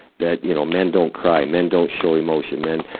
that you know men don't cry, men don't show emotion, men,